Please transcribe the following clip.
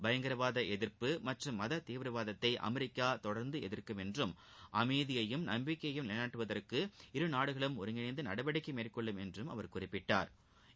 பயங்கரவாத எதிர்ப்பு மத தீவிரவாதத்தை அமெரிக்கா தொடர்ந்து எதிர்க்கும் என்றும் அமைதியையும் நம்பிக்கையையும் நிலைநாட்டுவதற்கு இரு நாடுகளும் ஒருங்கிணைந்து நடவடிக்கை மேற்கொள்ளும் என்றும் அவர் குறிப்பிட்டா்